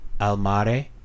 Almare